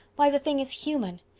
why, the thing is human.